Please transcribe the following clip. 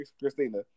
Christina